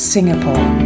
Singapore